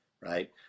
right